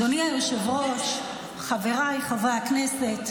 אדוני היושב-ראש, חבריי חברי הכנסת,